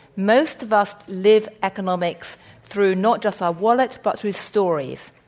most of us live economics through not just our wallets but through stories.